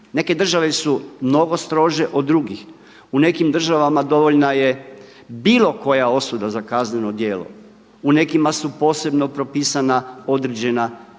Neke države su mnogo strože od drugih. U nekim državama dovoljna je bilo koja osuda za kazneno djelo. U nekima su posebno propisana određena teška